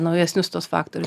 naujesnius tuos faktorius